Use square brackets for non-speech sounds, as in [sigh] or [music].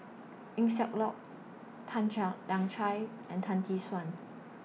Eng Siak Loy Tan [unintelligible] Lian Chye and Tan Tee Suan